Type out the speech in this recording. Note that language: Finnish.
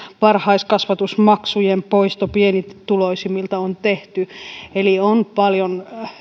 varhaiskasvatusmaksujen poisto pienituloisimmilta on tehty on paljon